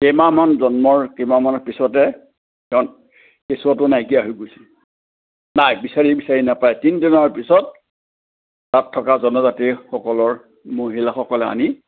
কেইমাহমান জন্মৰ কেইমাহমানৰ পিছতে তেওঁ কেচুৱাটো নাইকিয়া হৈ গৈছিল নাই বিচাৰি বিচাৰি নাপায় তিনিদিনৰ পিছত তাত থকা জনজাতিসকলৰ মহিলাসকলে আনি